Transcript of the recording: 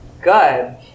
Good